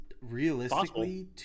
realistically